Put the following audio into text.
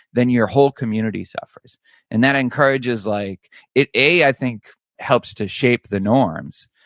then your whole community suffers and that encourages. like it a, i think helps to shape the norms.